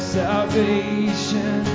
salvation